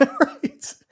Right